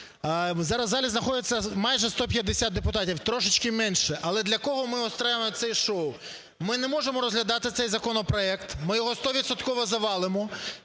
Зараз в залі знаходиться майже 150 депутатів, трошечки менше. Але для кого ми устроюємо це шоу? Ми не можемо розглядати цей законопроект, ми його стовідсотково